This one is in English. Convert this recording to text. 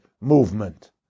movement